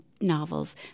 novels